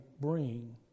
bring